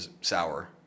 sour